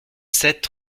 sept